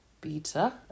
Beta